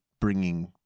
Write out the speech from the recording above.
bringing